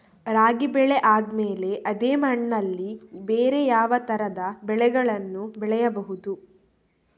ರಾಗಿ ಬೆಳೆ ಆದ್ಮೇಲೆ ಅದೇ ಮಣ್ಣಲ್ಲಿ ಬೇರೆ ಯಾವ ತರದ ಬೆಳೆಗಳನ್ನು ಬೆಳೆಯಬಹುದು?